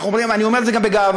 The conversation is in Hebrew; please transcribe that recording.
אני אומר את זה גם בגאווה,